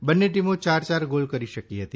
બંને ટીમો ચાર ચાર ગોલ કરી શકી હતી